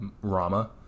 rama